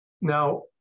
Now